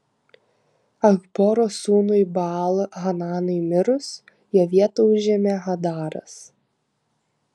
achboro sūnui baal hananui mirus jo vietą užėmė hadaras